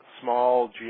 Small